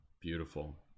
Beautiful